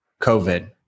COVID